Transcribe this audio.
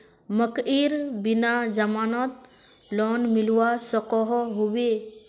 मकईर बिना जमानत लोन मिलवा सकोहो होबे?